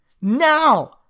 now